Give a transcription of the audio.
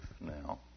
now